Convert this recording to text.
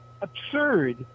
absurd